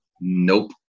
nope